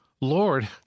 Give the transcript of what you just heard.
Lord